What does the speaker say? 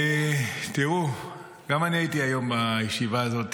--- טוב, תראו, גם אני הייתי היום בישיבה הזאת.